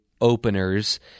openers